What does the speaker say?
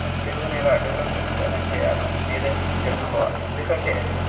అయితే తెలుగుని ఎలా డెవలప్మెంట్ అనేది చెయ్యాలో మీరే తెలుసుకోవాలి ఎందుకంటే